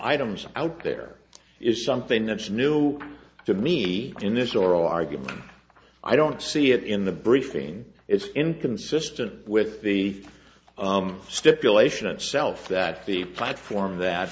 items out there is something that's new to me in this oral argument i don't see it in the briefing it's inconsistent with the stipulation itself that the platform